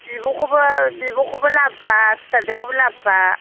बिब'खौबो लाबोफा फिसाजोखौबो लाबोफा